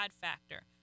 factor